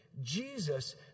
Jesus